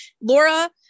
Laura